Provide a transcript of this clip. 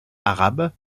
arabe